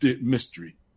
mystery